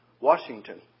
Washington